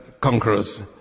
conquerors